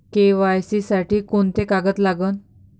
KYC साठी कोंते कागद लागन?